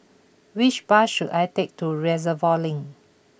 which bus should I take to Reservoir Link